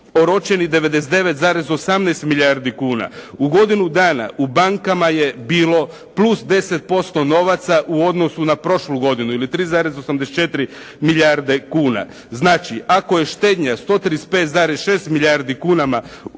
Oročeni 99,18 milijardi kuna. U godinu dana u bankama je bilo plus 10% novaca u odnosu na prošlu godinu ili 3,84 milijarde kuna. Znači ako je štednja 135,6 milijardi kuna u našim bankama